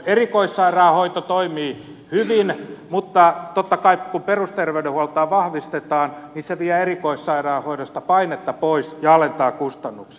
erikoissairaanhoito toimii hyvin mutta totta kai kun perusterveydenhuoltoa vahvistetaan se vie erikoissairaanhoidosta painetta pois ja alentaa kustannuksia